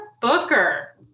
Booker